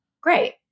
Great